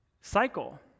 cycle